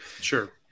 Sure